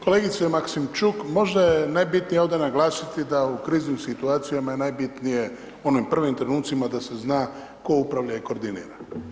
Kolegice Maksimčuk, možda je najbitnije ovdje naglasiti da u kriznim situacijama je najbitnije u onim prvim trenucima da se zna tko upravlja i koordinira.